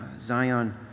Zion